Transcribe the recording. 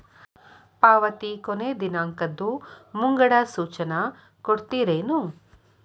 ಪಾವತಿ ಕೊನೆ ದಿನಾಂಕದ್ದು ಮುಂಗಡ ಸೂಚನಾ ಕೊಡ್ತೇರೇನು?